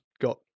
got